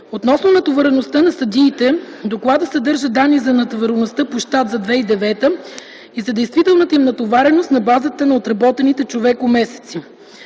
Относно натовареността на съдиите докладът съдържа данни за натовареността по щат за 2009 г. и за действителната им натовареност на базата на отработените човекомесеци.